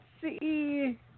see